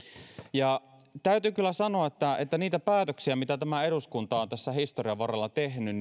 täytyy kyllä sanoa että niillä päätöksillä mitä eduskunta on historian varrella tehnyt